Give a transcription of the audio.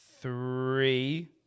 three